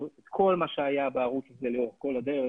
כל מה שהיה בערוץ הזה לאורך כל הדרך,